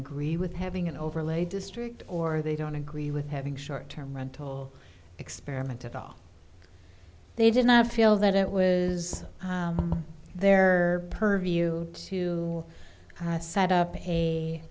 agree with having an overlay district or they don't agree with having short term rental experiment at all they did not feel that it was their purview to set up a